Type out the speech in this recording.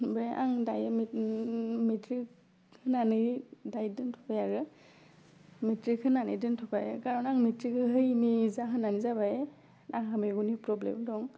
ओमफ्राय आं दायो मेट्रिक होनानै दायो दोनथ'बाय आरो मेट्रिक होनानै दोनथ'बाय कारन आं मेट्रिक होयैनि जाहोनानो जाबाय आंहा मेगननि प्रब्लेम दं